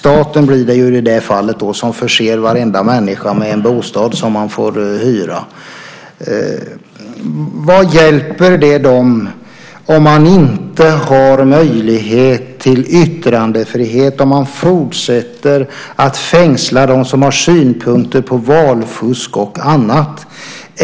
Det blir i det fallet staten som förser varenda människa med en bostad som man får hyra. Vad hjälper det dem, om de inte har möjlighet till yttrandefrihet och man fortsätter att fängsla dem som har synpunkter på valfusk och annat?